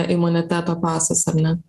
imuniteto pasas ar ne